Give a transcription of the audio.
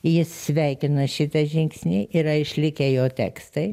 jis sveikino šitą žingsnį yra išlikę jo tekstai